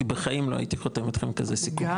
כי בחיים לא הייתי חותם איתכם כזה סיכום,